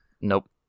Nope